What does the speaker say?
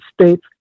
states